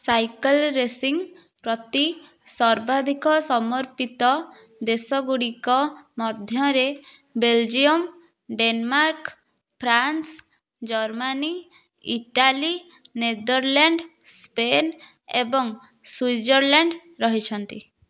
cycle racing ପ୍ରତି ସର୍ବାଧିକ ସମର୍ପିତ ଦେଶଗୁଡ଼ିକ ମଧ୍ୟରେ Belgium Denmark France Germany Italy Netherland Spain ଏବଂ ସ୍ୱିଜରଲାଣ୍ଡ ରହିଛନ୍ତି